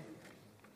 רגע, רגע, רגע.